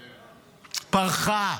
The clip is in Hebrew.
פרחה.